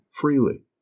freely